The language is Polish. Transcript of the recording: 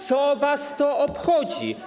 Co was to obchodzi?